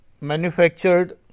manufactured